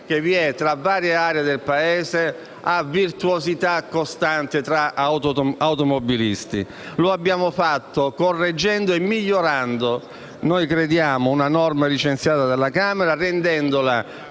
che vi è tra varie aree del Paese a virtuosità costante tra automobilisti. Lo abbiamo fatto correggendo e migliorando la norma licenziata dalla Camera e rendendola